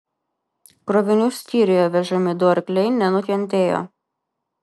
krovinių skyriuje vežami du arkliai nenukentėjo